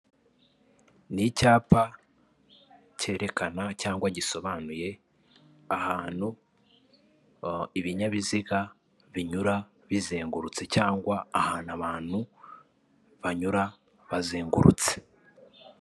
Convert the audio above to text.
Ni icyapa cyerekana cyangwa gisobanuye ahantu ibinyabiziga binyura bizengurutse cyangwa ahantu abantu banyura bazengurutse.